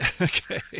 Okay